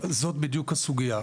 זאת בדיוק הסוגיה.